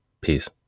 Peace